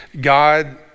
God